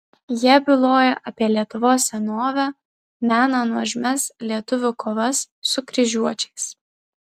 jie byloja apie lietuvos senovę mena nuožmias lietuvių kovas su kryžiuočiais